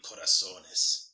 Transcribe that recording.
Corazones